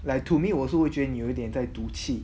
like to me 我是会觉得你有一点在赌气